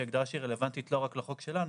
שהיא הגדרה שרלוונטית לא רק לחוק שלנו,